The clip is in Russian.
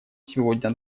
сегодня